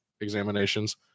examinations